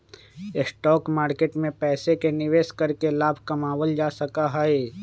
stock market में पैसे के निवेश करके लाभ कमावल जा सका हई